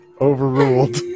Overruled